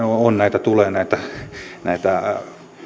tulee näitä näitä